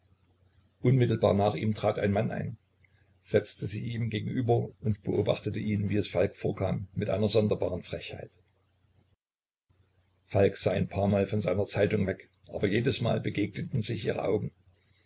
unmittelbar nach ihm trat ein mann ein setzte sich ihm gegenüber und beobachtete ihn wie es falk vorkam mit einer sonderbaren frechheit falk sah ein paar mal von seiner zeitung weg aber jedesmal begegneten sich ihre augen